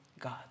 God